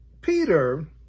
Peter